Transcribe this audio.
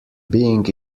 being